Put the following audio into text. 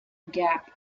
gap